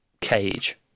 cage